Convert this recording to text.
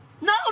No